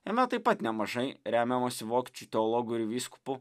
jame taip pat nemažai remiamasi vokiečių teologų ir vyskupų